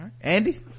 andy